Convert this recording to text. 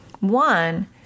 One